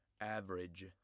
Average